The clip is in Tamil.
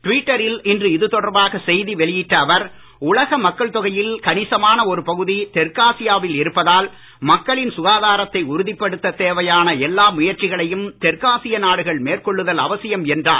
ட்விட்டரில் இன்று இதுதொடர்பாக செய்தி வெளியிட்ட அவர் உலக மக்கள் தொகையில் கணிசமான ஒரு பகுதி தெற்காசியாவில் இருப்பதால் மக்களின் சுகாதாரத்தை உறுதிப்படுத்தத் தேவையான எல்லா முயற்சிகளையும் தெற்காசிய நாடுகள் மேற்கொள்ளுதல் அவசியம் என்றார்